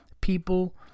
People